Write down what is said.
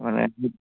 মানে